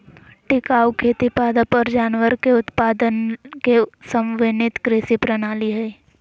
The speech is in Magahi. टिकाऊ खेती पादप और जानवर के उत्पादन के समन्वित कृषि प्रणाली हइ